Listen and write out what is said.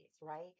right